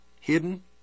hidden